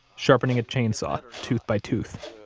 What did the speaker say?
sharpening a chainsaw, tooth by tooth.